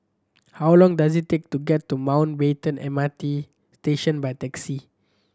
how long does it take to get to Mountbatten M R T Station by taxi